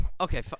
Okay